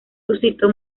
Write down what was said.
suscitó